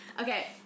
Okay